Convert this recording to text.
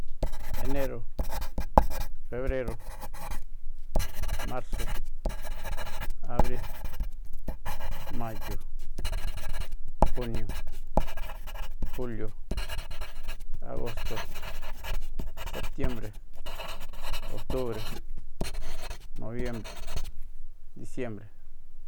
Enro febre marso abríi mayo junio julio agosto setiembre otubre nobiembre disiembre